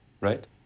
right